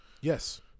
yes